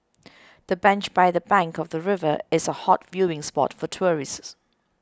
the bench by the bank of the river is a hot viewing spot for tourists